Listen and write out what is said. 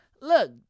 look